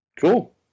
Cool